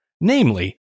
Namely